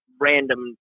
random